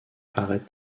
arrêtent